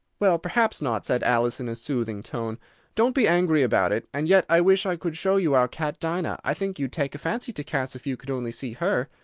well, perhaps not, said alice in a soothing tone don't be angry about it. and yet i wish i could show you our cat dinah i think you'd take a fancy to cats if you could only see her.